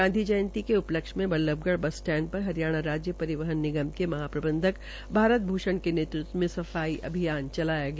गांधी जयंती के उ लक्ष्य में बल्लभगढ़ बस स्टैंड र हरियाणा राज्य रिवहन निगम के महाप्रबंधक भारत भूषण के नेतृत्व में सफाई अभियान चलाया गया